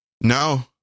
no